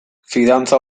fidantza